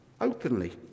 openly